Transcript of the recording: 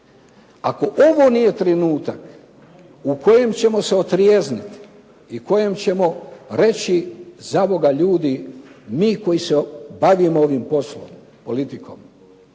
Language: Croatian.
Ako ovo nije trenutak u kojem ćemo se otrijeznit i u kojem ćemo reći zaboga ljudi, mi koji se bavimo ovim poslom, politikom